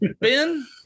Ben